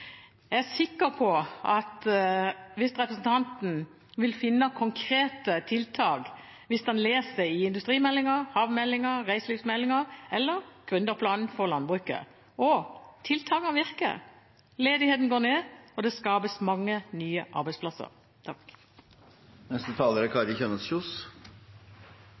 Jeg er sikker på at representanten vil finne konkrete tiltak hvis han leser i industrimeldingen, havmeldingen, reiselivsmeldingen eller gründerplanen for landbruket. Tiltakene virker: ledigheten går ned, og det skapes mange nye arbeidsplasser. Jeg er